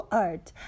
art